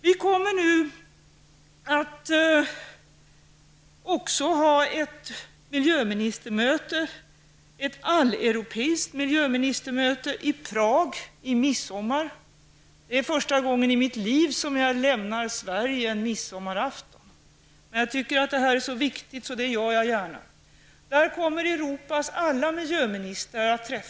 Vi kommer nu också att hålla ett alleuropeiskt miljöministermöte i Prag i midsommar. Det är första gången i mitt liv som jag lämnar Sverige en midsommarafton, men jag tycker att detta är så viktigt att jag gärna gör det. Där kommer Europas alla miljöministrar, inkl.